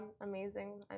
amazing